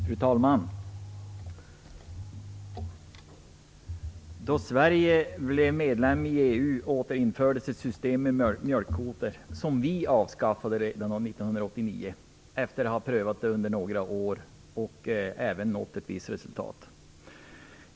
Fru talman! Då Sverige blev medlem i EU återinfördes ett system med mjölkkvoter, som vi avskaffade redan 1989, efter att ha prövat det under några år och även nått ett visst resultat.